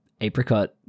apricot